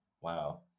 Wow